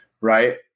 Right